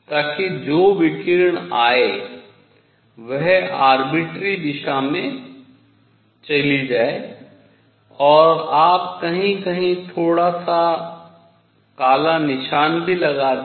ताकि जो विकिरण अंदर आये वह स्वेच्छ दिशा में चला जाए और आप कहीं कहीं थोड़ा सा काला निशान भी लगा दें